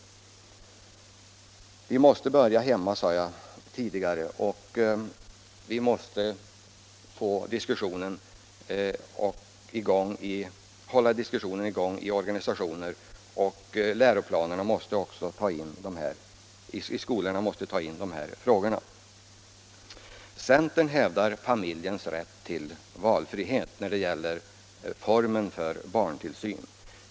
Men då måste vi, som jag sade, 27 börja hemma. Vi måste hålla diskussionen i gång i våra organisationer, och skolorna måste ta in de här frågorna i sina läroplaner. Centern hävdar familjens rätt till valfrihet när det gäller formen för barntillsyn.